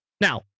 Now